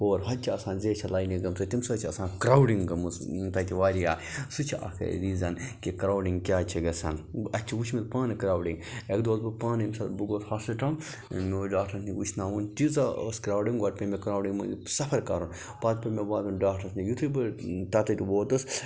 اور ہُتہِ چھِ آسان زیچھِ لاینہٕ گٔمژٕ تَمہِ سۭتۍ چھِ آسان کرٛاوڈِنٛگ گٔمٕژ یِم تَتہِ واریاہ سُہ چھِ اَکھ ریٖزَن کہِ کرٛاوڈِنٛگ کیٛازِ چھے گژھان بہٕ اَسہِ چھِ وٕچھمُت پانہٕ کرٛاوڈِنٛگ اَکہِ دۄہ اوسُس بہٕ پانہٕ ییٚمہِ ساتہٕ بہٕ گوس ہاسپِٹَل مےٚ اوس ڈاکٹرَس نِش وٕچھناوُن تیٖژاہ ٲس کرٛاوڈِنٛگ گۄڈٕ پے مےٚ کرٛاوڈِنٛگ مٔنٛزۍ سفر کَرُن پتہٕ پیوٚو مےٚ واتُن ڈاکٹرَس نِش یُتھُے بہٕ تَتٮ۪تھ ووتُس